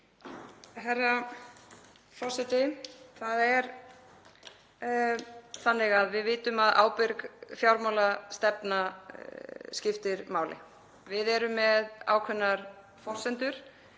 Herra forseti. Það er þannig að við vitum að ábyrg fjármálastefna skiptir máli. Við erum með ákveðnar forsendur